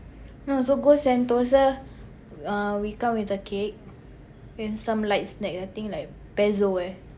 no so go Sentosa uh we come with a cake and some light snack I think like Pezzo eh